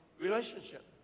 relationship